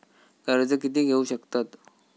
कर्ज कीती घेऊ शकतत?